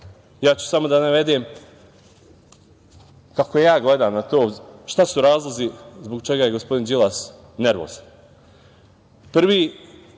ja ću samo da navedem kako ja gledam na to šta su razlozi zbog čega je gospodin Đilas nervozan. Prvi